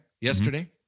Yesterday